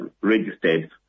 registered